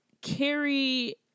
Carrie